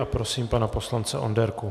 Prosím pana poslance Onderku.